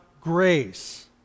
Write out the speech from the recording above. grace